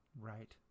Right